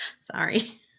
Sorry